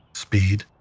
speed,